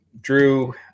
Drew